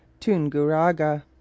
tunguraga